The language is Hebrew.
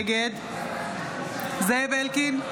נגד זאב אלקין,